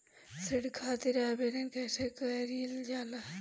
ऋण खातिर आवेदन कैसे कयील जाला?